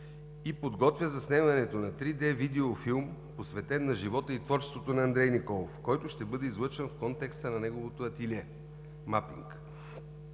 и подготвя заснемането на 3D видеофилм, посветен на живота и творчеството на Андрей Николов, който ще бъде излъчен в контекста на неговото ателие.